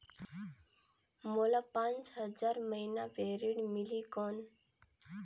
मोला पांच हजार महीना पे ऋण मिलही कौन?